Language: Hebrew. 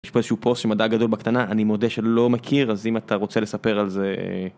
יש פה איזשהו פוסט של מדע גדול בקטנה אני מודה שלא מכיר אז אם אתה רוצה לספר על זה.